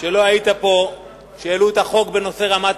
לא היית פה כשהעלו את נושא חוק רמת-הגולן